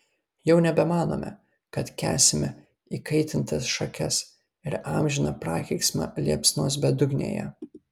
jau nebemanome kad kęsime įkaitintas šakes ir amžiną prakeiksmą liepsnos bedugnėje